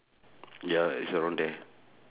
ya is around there